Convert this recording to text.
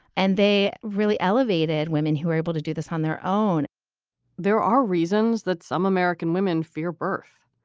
and they really elevated women who are able to do this on their own there are reasons that some american women fear birth.